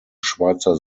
schweizer